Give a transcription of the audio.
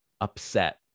upset